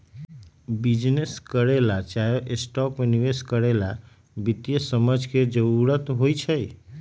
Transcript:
business करे ला चाहे स्टॉक में निवेश करे ला वित्तीय समझ के जरूरत होई छई